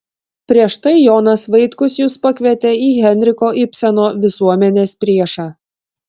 prieš tai jonas vaitkus jus pakvietė į henriko ibseno visuomenės priešą